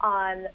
on